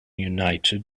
united